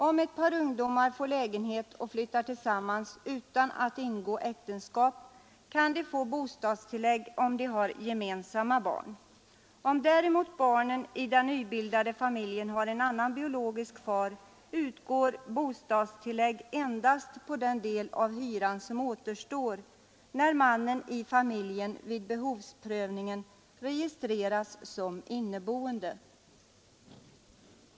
Om ett par ungdomar får lägenhet och flyttar tillsammans utan att ingå äktenskap, kan de få bostadstillägg ifall de har gemensamma barn. Om däremot barnen i den nybildade familjen har en annan biologisk far utgår bostadstillägg endast på den del av hyran som återstår när mannen i familjen vid behovsprövningen registrerats som inneboende.